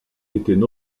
étaient